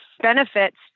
benefits